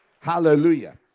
Hallelujah